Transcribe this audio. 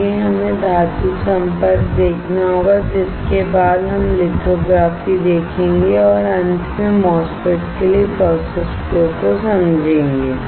आगे हमें धातु संपर्क देखना होगा जिसके बाद हम लिथोग्राफी देखेंगे और अंत में MOSFET के लिए प्रोसेस फ्लो को समझेंगे